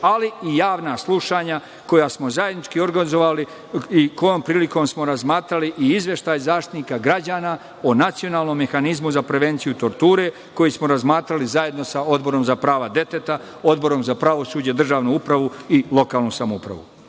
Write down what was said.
ali i javna slušanja koja smo zajednički organizovali i kojom prilikom smo razmatrali i izveštaj Zaštitnika građana o nacionalnom mehanizmu za prevenciju torture, koji smo razmatrali zajedno sa Odborom za prava deteta, Odborom za pravosuđe, državnu upravu i lokalnu samoupravu. Očigledno